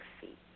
feet